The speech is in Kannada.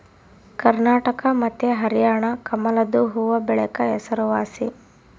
ಕರ್ನಾಟಕ ಮತ್ತೆ ಹರ್ಯಾಣ ಕಮಲದು ಹೂವ್ವಬೆಳೆಕ ಹೆಸರುವಾಸಿ